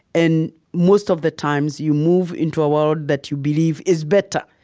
and most of the times, you move into a world that you believe is better.